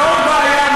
ועוד בעיה,